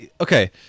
okay